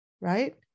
right